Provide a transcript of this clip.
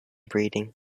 breeding